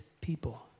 people